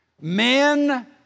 Men